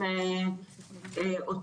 אומרים,